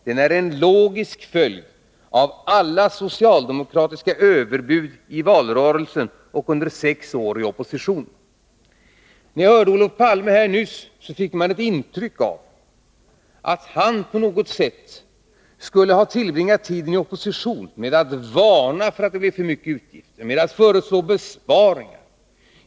Den är en logisk följd av alla socialdemokratiska överbud i valrörelsen och under sex år i opposition. När jag hörde Olof Palme nyss fick jag ett intryck av att han på något sätt skulle ha tillbringat tiden i opposition med att varna för att det blev för mycket utgifter, med att föreslå besparingar.